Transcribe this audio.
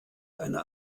eine